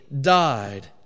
died